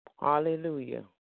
Hallelujah